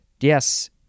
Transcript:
Yes